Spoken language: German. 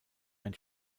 ein